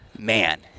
Man